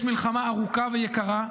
יש מלחמה ארוכה ויקרה,